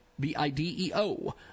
B-I-D-E-O